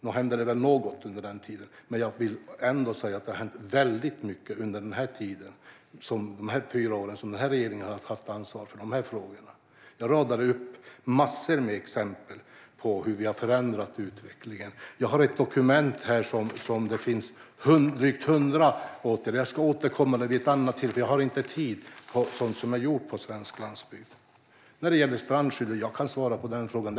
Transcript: Nog hände det väl något under den tiden, men jag vill ändå säga att det har hänt väldigt mycket under de fyra år som den här regeringen har haft ansvar för de här frågorna. Vi radar upp massor av exempel på hur vi har förändrat utvecklingen. Jag har ett dokument här som innehåller drygt 100 åtgärder för svensk landsbygd. Jag ska återkomma till det vid ett annat tillfälle, för jag har inte tid nu. Jag kan svara på frågan om strandskyddet.